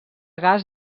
gas